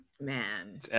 man